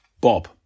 Bob